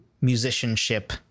musicianship